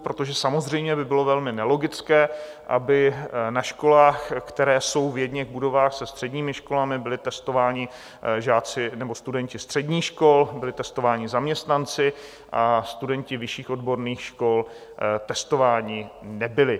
Protože samozřejmě by bylo velmi nelogické, aby na školách, které jsou v jedněch budovách se středními školami, byli testováni žáci nebo studenti středních škol, byli testováni zaměstnanci, a studenti vyšších odborných škol testováni nebyli.